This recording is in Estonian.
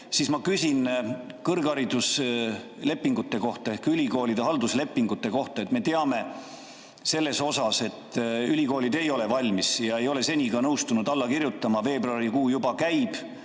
Ent ma küsin kõrghariduslepingute kohta ehk ülikoolide halduslepingute kohta. Me teame, et ülikoolid ei ole valmis, ei ole seni nõustunud alla kirjutama. Veebruarikuu juba käib,